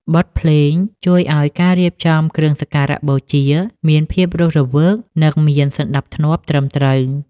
បទភ្លេងជួយឱ្យការរៀបចំគ្រឿងសក្ការៈបូជា មានភាពរស់រវើក និងមានសណ្ដាប់ធ្នាប់ត្រឹមត្រូវ។